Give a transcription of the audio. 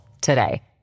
today